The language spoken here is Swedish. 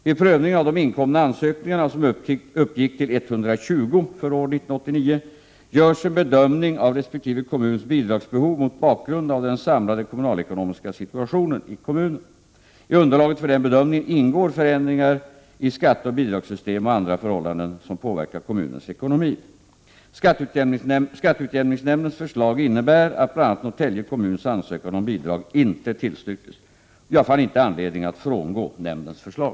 Vid prövningen av de inkomna ansökningarna, som uppgick till 120 för år 1989, görs en bedömning av resp. kommuns bidragsbehov mot bakgrund av den samlade kommunalekonomiska situationen i kommunen. I underlaget för denna bedömning ingår ändringar i skatteoch bidragssystem och andra förhållanden som påverkar kommunens ekonomi. Skatteutjämningsnämndens förslag innebar att bl.a. Norrtälje kommuns ansökan om bidrag inte tillstyrktes. Jag fann inte anledning att frångå nämndens förslag.